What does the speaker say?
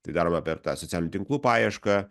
tai daroma per tą socialinių tinklų paiešką